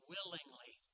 Willingly